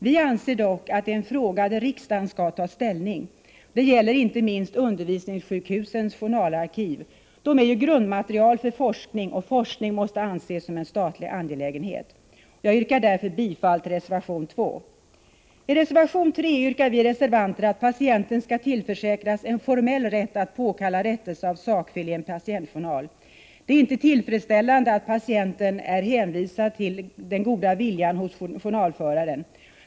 Vi anser dock att det är en fråga där riksdagen skall ta ställning. Det gäller inte minst undervisningssjukhusens journalarkiv. Journalerna är grundmaterial för forskning, och forskning måste anses som en statlig angelägenhet. Jag yrkar därför bifall till reservation 2. I reservation 3 yrkar vi reservanter att patienten tillförsäkras en formell rätt att påkalla rättelse av sakfel i en patientjournal. Det är inte tillfredsställande att patienterna är hänvisade till den goda viljan hos journalföraren.